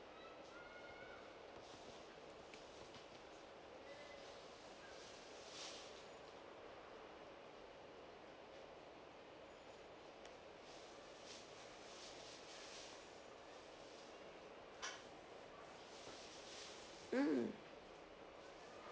mm